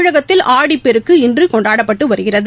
தமிழகத்தில் ஆடிப்பெருக்கு இன்றுகொண்டாடப்பட்டுவருகிறது